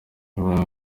mwanya